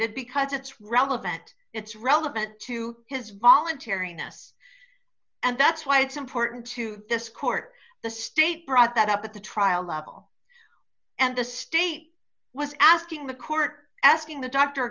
d because it's relevant it's relevant to his voluntary ness and that's why it's important to this court the state brought that up at the trial level and the state was asking the court asking the doctor